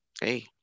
Hey